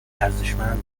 ارزشمند